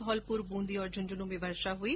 धौलपुर बूंदी और झुंझुनु में वर्षा हुई